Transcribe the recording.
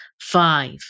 Five